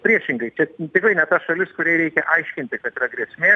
priešingai čia tikrai ne ta šalis kuriai reikia aiškinti kad yra grėsmė